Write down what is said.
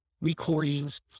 recordings